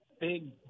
big